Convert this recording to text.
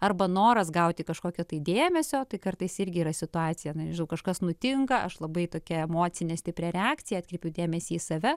arba noras gauti kažkokio tai dėmesio tai kartais irgi yra situacija nežinau kažkas nutinka aš labai tokia emocine stipria reakcija atkreipiu dėmesį į save